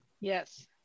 Yes